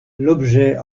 l’objet